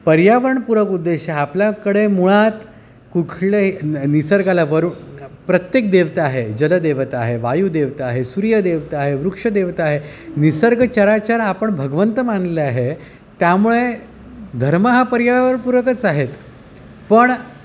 पर्यावरणपूरक उद्देश आपल्याकडे मुळात कुठले न निसर्गाला वरू प्रत्येक देवता आहे जलदेवता आहे वायुदेवता आहे सूर्यदेवता आहे वृक्षदेवता आहे निसर्ग चराचर आपण भगवंत मानले आहे त्यामुळे धर्म हा पर्यावरणपूरकच आहेत पण